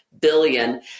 billion